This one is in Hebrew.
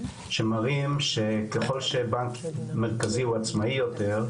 שמראים שככל שבנק מרכזי הוא עצמאי יותר,